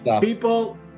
People